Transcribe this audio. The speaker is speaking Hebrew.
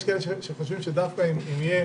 שחושבים שדווקא אם יהיה